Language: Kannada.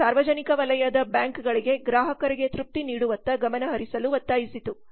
ಇದು ಸಾರ್ವಜನಿಕ ವಲಯದ ಬ್ಯಾಂಕುಗಳಿಗೆ ಗ್ರಾಹಕರಿಗೆ ತೃಪ್ತಿ ನೀಡುವತ್ತ ಗಮನ ಹರಿಸಲು ಒತ್ತಾಯಿಸಿತು